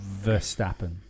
Verstappen